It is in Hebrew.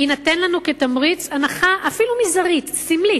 תינתן לנו כתמריץ הנחה, אפילו מזערית, סמלית,